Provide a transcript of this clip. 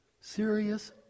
Serious